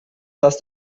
dass